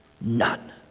none